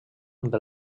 amb